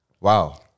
Wow